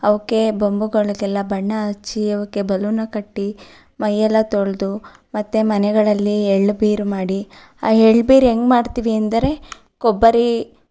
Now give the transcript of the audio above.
ಅವಕ್ಕೆ ಬೊಂಬುಗಳಿಗೆಲ್ಲ ಬಣ್ಣ ಹಚ್ಚಿ ಅವಕ್ಕೆ ಬಲೂನು ಕಟ್ಟಿ ಮೈಯ್ಯೆಲ್ಲ ತೊಳೆದು ಮತ್ತು ಮನೆಗಳಲ್ಲಿ ಎಳ್ಳು ಬೀರಿ ಮಾಡಿ ಆ ಎಳ್ಳು ಬೀರಿ ಹೆಂಗೆ ಮಾಡ್ತೀವಿ ಅಂದರೆ ಕೊಬ್ಬರಿ